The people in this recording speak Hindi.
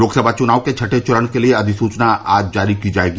लोकसभा चुनाव के छठें चरण के लिए अधिसूचना आज जारी कि जाएगी